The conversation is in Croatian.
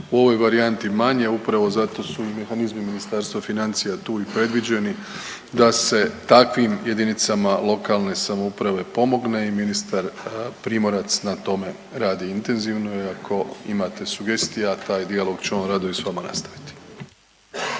u ovoj varijanti manje. Upravo zato su mehanizmi Ministarstva financija tu i predviđeni da se takvim jedinicama lokalne samouprave pomogne. I ministar Primorac na tome radi intenzivno. I iako imate sugestija taj dijalog će on rado i sa vama nastaviti.